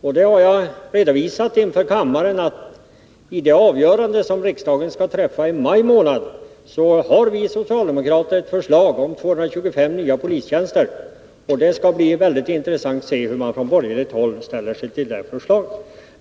Och jag har redovisat inför kammaren att i det avgörande som riksdagen skall träffa i maj månad har vi socialdemokrater ett förslag om 225 nya polistjänster. Det skall bli mycket intressant att se hur man från borgerligt håll ställer sig till det förslaget.